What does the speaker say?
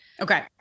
Okay